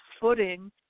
footing